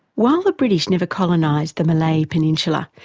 while the british never colonised the malay peninsula,